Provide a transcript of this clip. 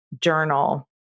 journal